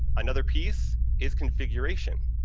another piece is configuration.